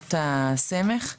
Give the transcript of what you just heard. וביחידות הסמך.